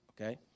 okay